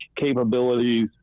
capabilities